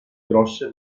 grosse